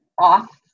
off